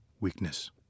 weakness